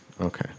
Okay